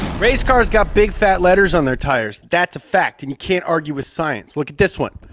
race cars got big fat letters on their tires. that's a fact, and you can't argue with science. look at this one,